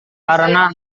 karena